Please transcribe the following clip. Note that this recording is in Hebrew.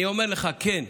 אני אומר לך: כן,